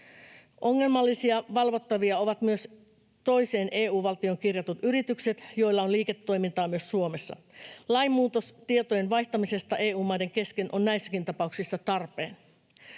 Ongelmallisia valvottavia ovat myös toiseen EU-valtioon kirjatut yritykset, joilla on liiketoimintaa myös Suomessa. Lainmuutostietojen vaihtaminen EU-maiden kesken on näissäkin tapauksissa tarpeen.